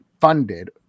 funded